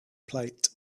plate